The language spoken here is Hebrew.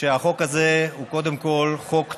שהחוק הזה הוא קודם כול חוק צודק,